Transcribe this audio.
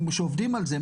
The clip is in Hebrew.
כשעובדים על זה,